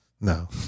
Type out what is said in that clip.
no